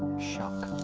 shock.